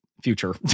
future